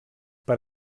per